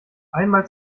einmal